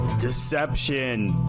deception